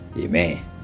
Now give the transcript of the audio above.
Amen